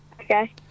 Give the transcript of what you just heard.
Okay